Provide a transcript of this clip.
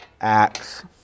Acts